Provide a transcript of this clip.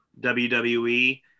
WWE